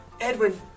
Edwin